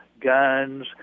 guns